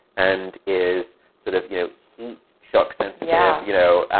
and is sort of, you know, heat shock sensitive, yeah you know,